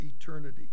eternity